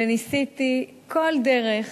וניסיתי בכל דרך